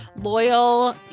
loyal